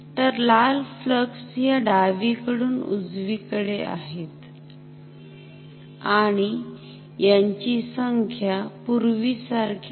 तर लाल फ्लक्स ह्या डावीकडून उजवीकडे आहेत आणि यांची संख्या पूर्वीसारखी नाही